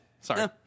sorry